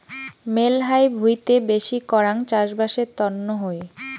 মেলহাই ভুঁইতে বেশি করাং চাষবাসের তন্ন হই